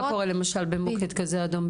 מה קורה במוקד אדום כזה באילת?